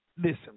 Listen